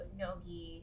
no-gi